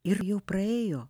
ir jau praėjo